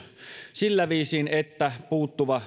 sillä viisiin että puuttuva